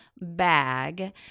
bag